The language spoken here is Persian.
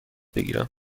بگیرم